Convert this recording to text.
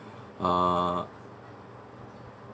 uh